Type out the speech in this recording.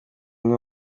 umwe